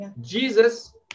Jesus